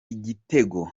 igitego